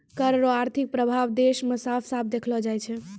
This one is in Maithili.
कर रो आर्थिक प्रभाब देस मे साफ साफ देखलो जाय छै